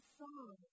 song